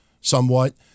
somewhat